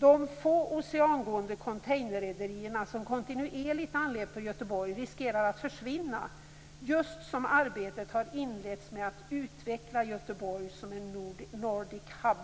De få oceangående containerrederier som kontinuerligt anlöper Göteborg riskerar att försvinna - just som arbetet har inletts med att utveckla Göteborg som en "Nordic Hub".